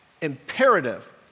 imperative